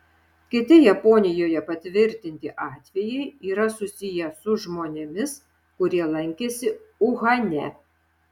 kiti japonijoje patvirtinti atvejai yra susiję su žmonėmis kurie lankėsi uhane